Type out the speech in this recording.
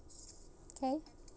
K